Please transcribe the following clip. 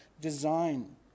design